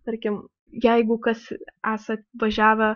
tarkim jeigu kas esate važiavę